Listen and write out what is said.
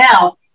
now